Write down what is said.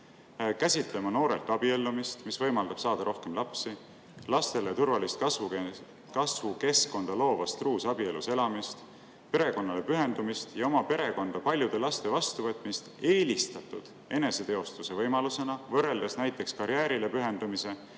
käsitlema noorelt abiellumist, mis võimaldab saada rohkem lapsi, lastele turvalist kasvukeskkonda loovas truus abielus elamist, perekonnale pühendumist ja oma perekonda paljude laste vastuvõtmist eelistatud eneseteostusvõimalusena võrreldes näiteks karjäärile pühendumise